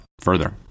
further